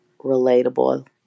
relatable